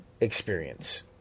experience